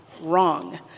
wrong